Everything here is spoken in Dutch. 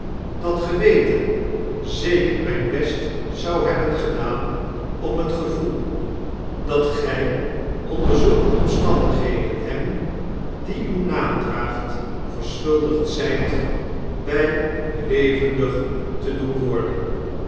dat geweten zeker mijn best zou hebben gedaan om het gevoel dat gij onder zulke omstandigheden hem die uw naam draagt verschuldigd zijt bij u levendig te doen worden